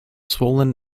swollen